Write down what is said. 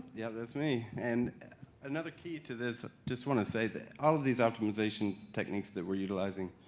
yeah, that's me. and another key to this, just want to say that all of these optimization techniques that we're using,